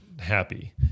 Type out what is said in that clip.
happy